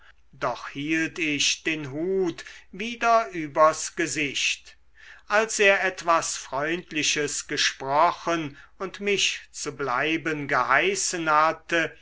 doch hielt ich den hut wieder übers gesicht als er etwas freundliches gesprochen und mich zu bleiben geheißen hatte